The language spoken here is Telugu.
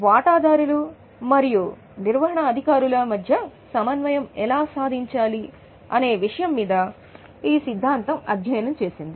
వాటాదారులు మరియు నిర్వహణ అధికారుల మధ్య సమన్వయం ఎలా సాధించాలి అనే విషయం మీద ఈ సిద్ధాంతం రూపకర్తలు అధ్యయనం చేశారు